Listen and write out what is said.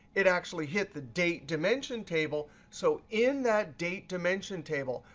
it actually hit the date dimension table. so in that date dimension table,